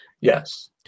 Yes